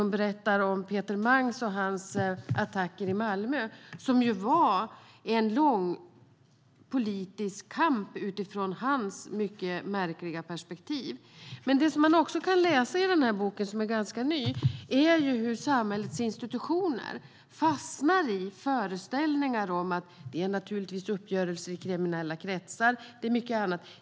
Hon berättade om Peter Mangs och hans attacker i Malmö, som ju var en lång politisk kamp utifrån hans mycket märkliga perspektiv. Men det som man också kan läsa i boken om Peter Mangs, som är ganska ny, är hur samhällets institutioner fastnar i föreställningar om att det naturligtvis är uppgörelser i kriminella kretsar.